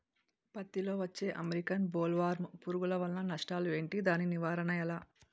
పత్తి లో వచ్చే అమెరికన్ బోల్వర్మ్ పురుగు వల్ల నష్టాలు ఏంటి? దాని నివారణ ఎలా?